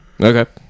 Okay